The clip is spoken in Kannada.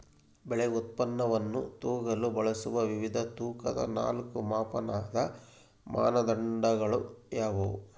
ಬೆಳೆ ಉತ್ಪನ್ನವನ್ನು ತೂಗಲು ಬಳಸುವ ವಿವಿಧ ತೂಕದ ನಾಲ್ಕು ಮಾಪನದ ಮಾನದಂಡಗಳು ಯಾವುವು?